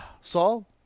Saul